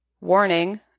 Warning